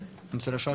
שואה.